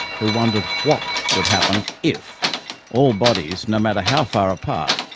who wondered what would happen if all bodies, no matter how far apart,